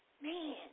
Man